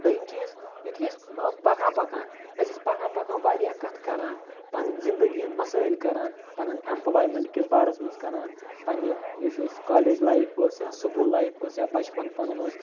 دٔیِم چیٖز یُتھُے أسۍ پَکان پَکان أسۍ ٲسۍ پَکان پَکان واریاہ کَتھٕ کَران پَنٕنۍ زندگی ہِنٛدۍ مسٲیل کَران پَنٕنۍ اٮ۪مپلایمٮ۪نٛٹکِس بارَس منٛز کَران پنٛنہِ یُس أسۍ کالیج لایف ٲس یا سکوٗل لایف ٲس یا بَچپَن پَنُن اوس